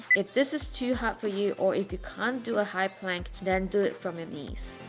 if this is too hard for you, or if you can't do a high plank then do it from your knees.